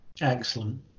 excellent